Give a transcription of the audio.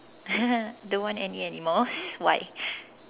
don't what any animals why